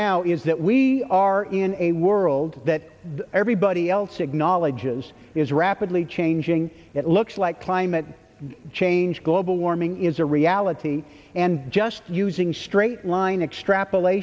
now is that we are in a world that everybody else acknowledges is rapidly changing it looks like climate change global warming is a reality and just using straight line extrapolat